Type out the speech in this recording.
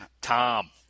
Tom